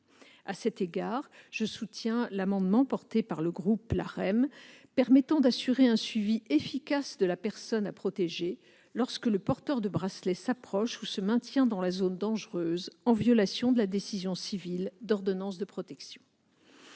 À cet égard, je soutiens l'amendement défendu par le groupe LaREM, tendant à assurer un suivi efficace de la personne à protéger lorsque le porteur du bracelet s'approche ou se maintient dans la zone dangereuse, en violation de la décision civile d'ordonnance de protection.